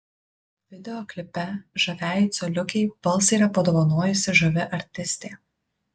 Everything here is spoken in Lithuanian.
video klipe žaviajai coliukei balsą yra padovanojusi žavi artistė